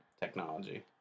technology